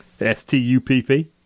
S-T-U-P-P